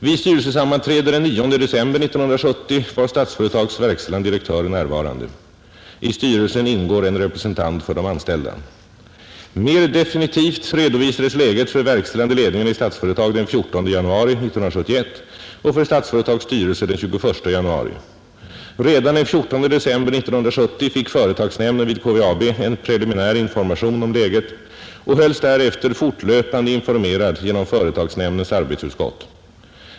Vid styrelsesammanträde den 9 december 1970 var Statsföretags verkställande direktör närvarande. I styrelsen ingår en representant för de anställda. Mer definitivt redovisades läget för verkställande ledningen i Statsföretag den 14 januari 1971 och för Statsföretags styrelse den 21 januari. Redan den 14 december 1970 fick företagsnämnden vid KVAB en preliminär information om läget och hölls därefter fortlöpande informerad genom företagsnämndens arbetsutskott.